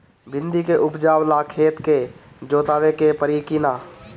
भिंदी के उपजाव ला खेत के जोतावे के परी कि ना?